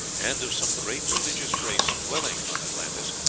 and of some great religious race dwelling on atlantis,